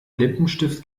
lippenstift